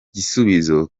gisubizo